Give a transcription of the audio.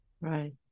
Right